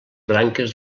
branques